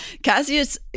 Cassius